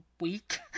week